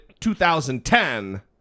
2010